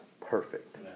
perfect